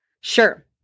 Sure